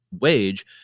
wage